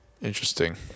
interesting